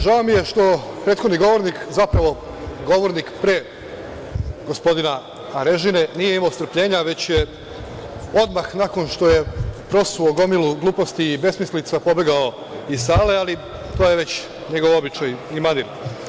Žao mi je što prethodni govornik, zapravo, govornik pre gospodina Arežine nije imao strpljenja, već je odmah nakon što je prosuo gomilu gluposti i besmislica pobegao iz sale, ali to je već njegov običaj i manir.